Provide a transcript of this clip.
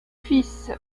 fils